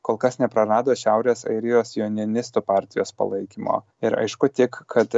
kol kas neprarado šiaurės airijos sionistų partijos palaikymo ir aišku tik kad